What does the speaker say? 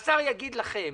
השר יגיד לכם